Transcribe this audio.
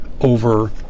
over